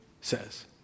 says